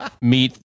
meet